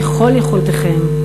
ככל יכולתכם,